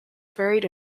buried